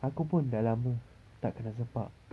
aku pun dah lama tak kena sepak